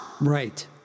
Right